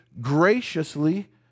graciously